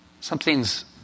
Something's